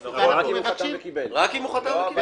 אבל רק אם הוא חתם וקיבל בשני המקרים.